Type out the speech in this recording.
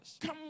Come